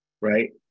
right